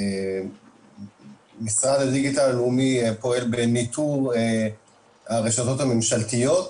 משרד הדיגיטל הלאומי פועל בניטור הרשתות הממשלתיות.